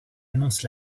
annonce